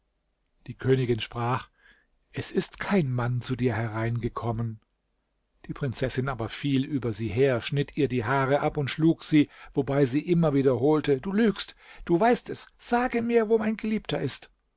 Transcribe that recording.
die königin sprach es ist kein mann zu dir hereingekommen die prinzessin aber fiel über sie her schnitt ihr die haare ab und schlug sie wobei sie immer wiederholte du lügst du weißt es sage mir wo mein geliebter ist